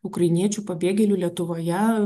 ukrainiečių pabėgėlių lietuvoje